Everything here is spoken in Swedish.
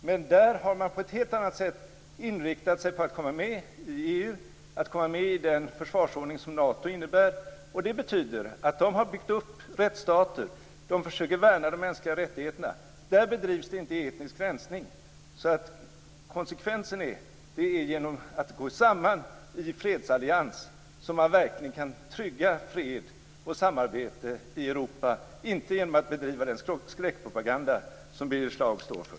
Men där har man på ett helt annat sätt inriktat sig på att komma med i EU, att komma med i den försvarsordning som Nato innebär. Det betyder att de har byggt upp rättsstater. De försöker värna de mänskliga rättigheterna. Där bedrivs inte etnisk rensning. Konsekvensen är att det är genom att gå samman i en fredsallians som man verkligen kan trygga frihet och samarbete i Europa, inte genom att bedriva den skräckpropaganda som Birger Schlaug står för.